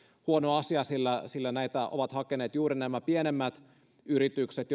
huono asia sillä sillä näitä ovat hakeneet juuri pienemmät yritykset